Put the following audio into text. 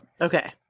Okay